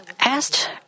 asked